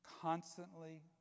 constantly